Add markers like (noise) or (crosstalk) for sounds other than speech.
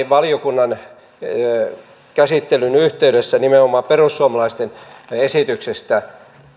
(unintelligible) valiokunnan käsittelyn yhteydessä nimenomaan perussuomalaisten esityksestä